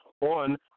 on